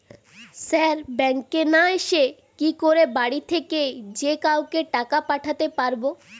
Sir ব্যাঙ্কে না এসে কি করে বাড়ি থেকেই যে কাউকে টাকা পাঠাতে পারবো?